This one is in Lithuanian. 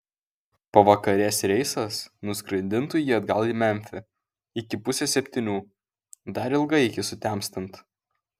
pavakarės reisas nuskraidintų jį atgal į memfį iki pusės septynių dar ilgai iki sutemstant